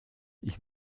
ich